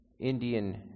Indian